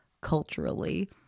culturally